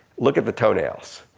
look at the toe nails,